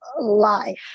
life